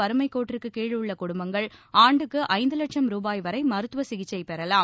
வறுமைக் கோட்டிற்கு கீழ் உள்ள குடும்பங்கள் ஆண்டுக்கு ஐந்து லட்சம் ரூபாய் வரை மருத்துவ சிகிச்சை பெறலாம்